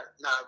no